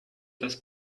das